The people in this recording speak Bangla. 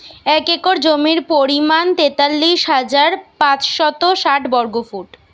এক একর জমির পরিমাণ তেতাল্লিশ হাজার পাঁচশত ষাট বর্গফুট